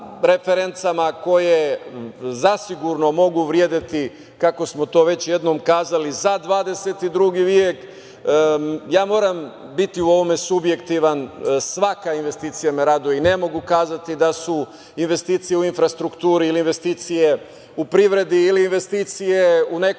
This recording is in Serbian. koje zasigurno mogu vredeti, kako smo to već jednom kazali, za 22. vek. Ja moram biti u ovome subjektivan, svaka investicija me raduje i ne mogu reći da su investicije u infrastrukturi ili investicije u privredi ili investicije u nekom